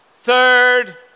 third